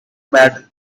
battle